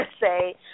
say